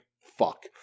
fuck